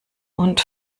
und